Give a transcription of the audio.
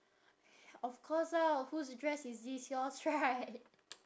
of course ah whose dress is this yours right